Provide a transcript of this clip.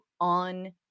on